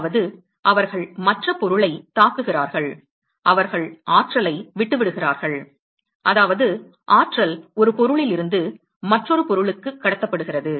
அதாவது அவர்கள் மற்ற பொருளைத் தாக்குகிறார்கள் அவர்கள் ஆற்றலை விட்டுவிடுகிறார்கள் அதாவது ஆற்றல் ஒரு பொருளிலிருந்து மற்றொரு பொருளுக்கு கடத்தப்படுகிறது